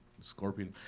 scorpion